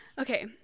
Okay